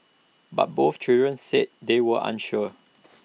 but both children said they were unsure